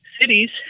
cities